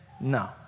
No